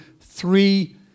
three